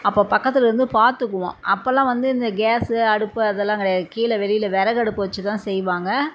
அப்போ பக்கத்தில் இருந்து பார்த்துக்குவோம் அப்போலாம் வந்து இந்த கேஸு அடுப்பு அதெல்லாம் கிடையாது கீழே வெளியில் விறகடுப்பு வச்சிதான் செய்வாங்க